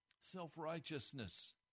self-righteousness